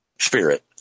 spirit